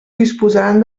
disposaran